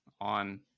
on